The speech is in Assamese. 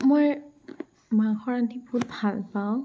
মই মাংস ৰান্ধি খুব ভাল পাওঁ